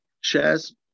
Shares